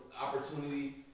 opportunities